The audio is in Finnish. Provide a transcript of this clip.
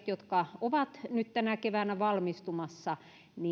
jotka ovat nyt tänä keväänä valmistumassa